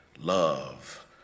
love